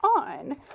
on